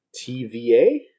TVA